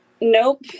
nope